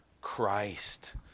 Christ